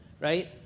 right